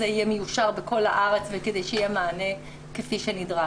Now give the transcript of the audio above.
יהיה מיושר בכל הארץ ושיהיה מענה כפי שנדרש.